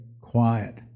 quiet